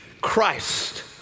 Christ